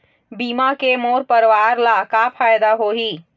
बीमा के मोर परवार ला का फायदा होही?